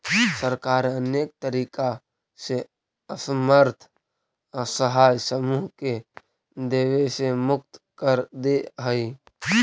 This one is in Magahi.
सरकार अनेक तरीका से असमर्थ असहाय समूह के देवे से मुक्त कर देऽ हई